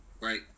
right